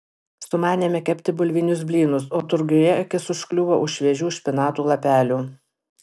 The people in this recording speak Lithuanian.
sumanėme kepti bulvinius blynus o turguje akis užkliuvo už šviežių špinatų lapelių